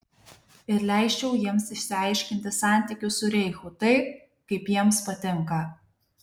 ir leisčiau jiems išsiaiškinti santykius su reichu taip kaip jiems patinka